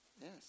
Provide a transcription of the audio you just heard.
Yes